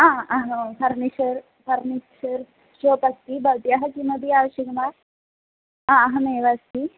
हा अहं furniture furniture shop अस्ति भवत्याः किमपि आवश्यकं वा हा अहमेव अस्ति